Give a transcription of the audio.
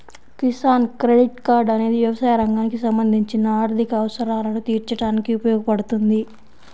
Kisan credit card అనేది వ్యవసాయ రంగానికి సంబంధించిన ఆర్థిక అవసరాలను తీర్చడానికి ఉపయోగపడుతుంది